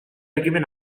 ekimen